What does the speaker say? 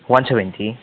one seventy